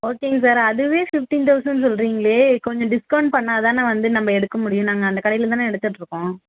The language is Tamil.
ஓகேங்க சார் அதுவே பிஃப்டீன் தௌசண் சொல்கிறீங்களே கொஞ்சம் டிஸ்கவுண்ட் பண்ணால் தான் வந்து நம்ம எடுக்கமுடியும் நாங்கள் அந்த கடையில் தான் எடுத்துகிட்டுருக்கோம்